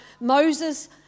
Moses